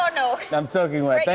you know i'm soaking wet. thank